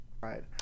Right